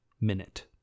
minute